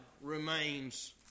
remains